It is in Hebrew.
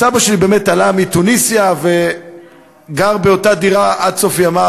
סבא שלי עלה מתוניסיה וגר באותה דירה עד סוף ימיו,